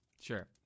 Sure